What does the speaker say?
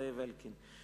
זאב אלקין.